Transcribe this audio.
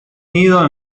nido